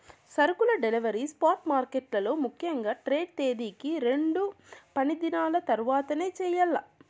సరుకుల delivery spot మార్కెట్లలో ముఖ్యంగా ట్రేడ్ తేదీకి రెండు పనిదినాల తర్వాతనే చెయ్యాల్ల